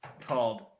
called